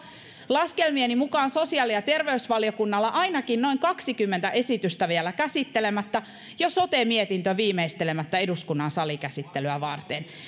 laskelmieni mukaan sosiaali ja terveysvaliokunnalla ainakin noin kaksikymmentä esitystä vielä käsittelemättä ja sote mietintö viimeistelemättä eduskunnan salikäsittelyä varten